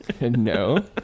No